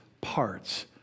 parts